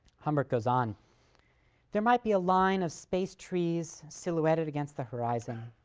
humbert goes on there might be a line of spaced trees silhouetted against the horizon,